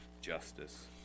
justice